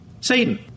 Satan